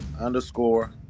underscore